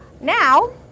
Now